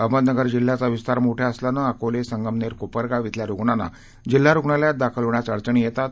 अहमदनगर जिल्ह्याचा विस्तार मोठा असल्यानं अकोले संगमनेर कोपरगाव शिल्या रूग्णांना जिल्हा रुग्णालयात दाखल होण्यास अडचणी येतात